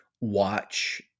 watch